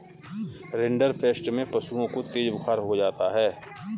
rinderpest में पशुओं को तेज बुखार हो जाता है